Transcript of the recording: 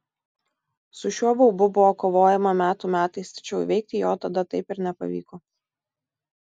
su šiuo baubu buvo kovojama metų metais tačiau įveikti jo tada taip ir nepavyko